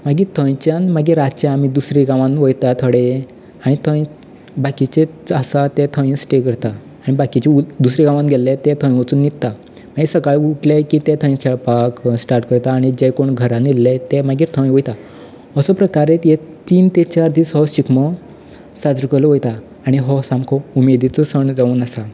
मागीर थंयच्यान मागीर आमी दुसरे गांवांनी वयता थोडे आनी थंय बाकीचे आसा ते थंय स्टे करता बाकीचे आसा दुसऱ्या गांवांत गेल्ले ते थंय वचून न्हिदता सकाळी उठले की ते थंय खेळपा स्टार्ट करता आनी जे कोण घरान येयल्ले ते मागीर थंय वयता असो प्रकारे तीन ते चार दीस हो शिगमो साजरो केल्लो वयता आनी हो सामको उमेदीचो सण जावन आसा